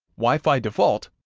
wi-fi default,